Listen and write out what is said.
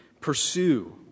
pursue